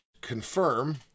confirm